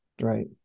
right